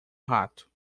rato